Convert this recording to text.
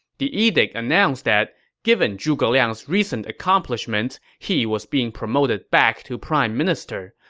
the edict announced that given zhuge liang's recent accomplishments, he was being promoted back to prime minister,